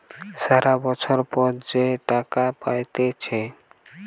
সারা বছর পর যে টাকা পাইতেছে